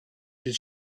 did